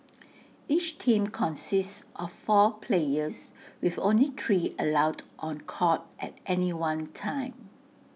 each team consists of four players with only three allowed on court at any one time